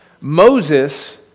Moses